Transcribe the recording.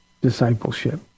discipleship